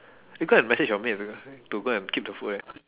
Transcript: you go and message your maid to go and keep the food eh